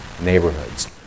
neighborhoods